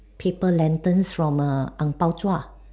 paper lanterns from err ang-bao